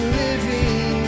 living